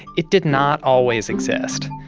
it did not always exist.